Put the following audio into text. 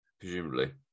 presumably